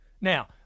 Now